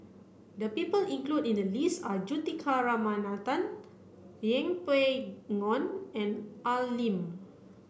the people included in the list are Juthika Ramanathan Yeng Pway Ngon and Al Lim